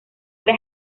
era